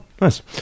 Nice